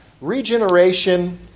Regeneration